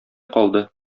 калды